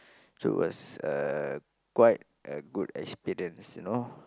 so it was uh quite a good experience you know